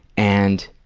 and